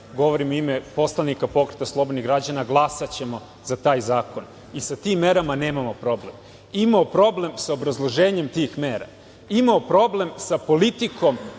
Govorim u ime poslanika Pokreta slobodnih građana, glasaćemo za taj zakon i sa tim merama nemamo problem. Imamo problem sa obrazloženjem tih mera. Imamo problem sa politikom